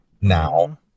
now